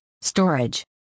storage